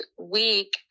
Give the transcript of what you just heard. week